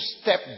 step